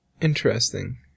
Interesting